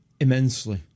immensely